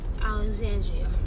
Alexandria